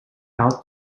out